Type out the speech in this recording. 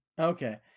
Okay